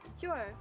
Sure